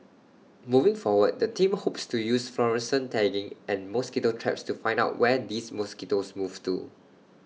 moving forward the team hopes to use fluorescent tagging and mosquito traps to find out where these mosquitoes move to